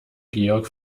georg